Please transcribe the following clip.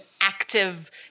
active